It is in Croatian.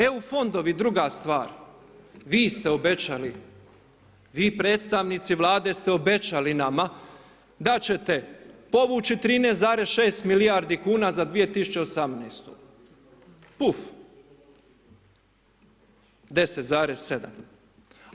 EU fondovi, druga stvar, vi ste obećali, vi predstavnici Vlade ste obećali nama, da ćete povući 13,6 milijardi kn za 2018. uf, 10,7.